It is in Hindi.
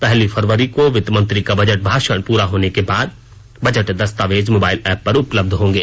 पहली फरवरी को वित्त मंत्री का बजट भाषण प्ररा होने के बाद बजट दस्तावेज मोबाइल ऐप पर उपलब्ध होंगे